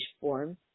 form